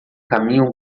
caminho